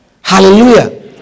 Hallelujah